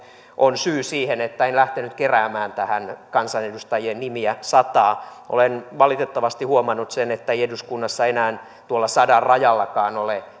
on syy siihen että en lähtenyt keräämään tähän kansanedustajien nimiä sataa olen valitettavasti huomannut että ei eduskunnassa enää tuolla sadan rajallakaan ole